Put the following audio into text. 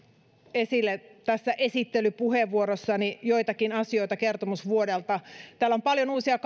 esille tässä esittelypuheenvuorossani joitakin asioita kertomusvuodelta täällä on paljon uusia